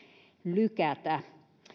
lykätä